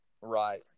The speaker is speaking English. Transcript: right